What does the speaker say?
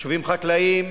יישובים חקלאיים,